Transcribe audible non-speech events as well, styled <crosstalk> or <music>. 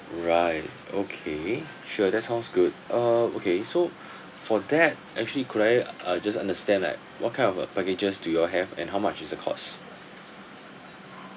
right okay sure that sounds good uh okay so <breath> for that actually could I uh just understand like what kind of uh packages do you all have and how much is the cost